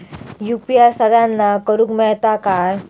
UPI सगळ्यांना करुक मेलता काय?